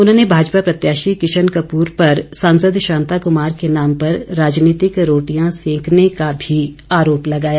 उन्होंने भाजपा प्रत्याशी किशन कपूर पर सांसद शांता कुमार के नाम पर राजनीतिक रोटियां सेंकने का भी आरोप लगाया